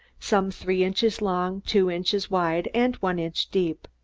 some three inches long, two inches wide and one inch deep.